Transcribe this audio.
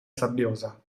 sabbiosa